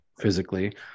physically